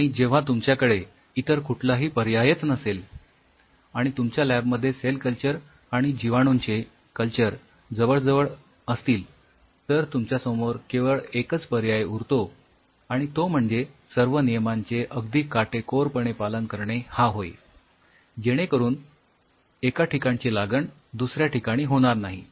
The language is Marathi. आणि जेव्हा तुमच्याकडे इतर कुठला पर्यायच नसेल आणि तुमच्या लॅब मध्ये सेल कल्चर आणि जीवाणूंचे कल्चर जवळ जवळ असतील तर तुमच्यासमोर केवळ एकाच पर्याय उरतो आणि तो म्हणजे सर्व नियमांचे अगदी काटेकोरपणे पालन करणे हा होय जेणे करून एका ठिकाणची लागण दुसऱ्या ठिकाणी होणार नाही